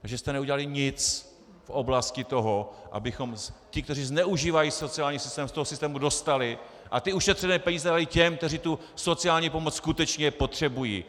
Takže jste neudělali nic v oblasti toho, abychom ty, kteří zneužívají sociální systém, z toho systému dostali a ty ušetřené peníze dali těm, kteří tu sociální pomoc skutečně potřebují.